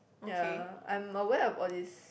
ya I'm aware of all this